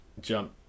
jump